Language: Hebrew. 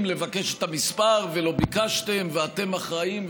לבקש את המספר ולא ביקשתם ואתם אחראים,